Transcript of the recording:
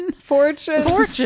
fortune